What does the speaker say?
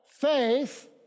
faith